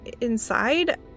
inside